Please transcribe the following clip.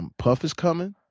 and puff is coming.